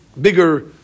bigger